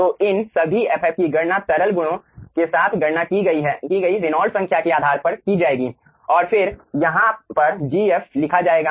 तो इन सभी ff की गणना तरल गुणों के साथ गणना की गई रेनॉल्ड्स संख्या के आधार पर की जाएगी और फिर यहां पर Gf लिखा जाएगा